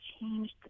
changed